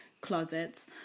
closets